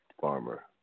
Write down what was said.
Farmer